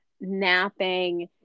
napping